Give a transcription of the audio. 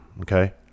Okay